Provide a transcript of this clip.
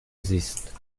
زیست